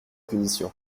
punitions